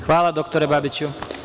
Hvala, dr Babiću.